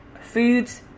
foods